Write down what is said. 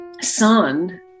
son